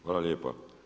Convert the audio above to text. Hvala lijepa.